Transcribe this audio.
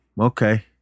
Okay